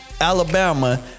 Alabama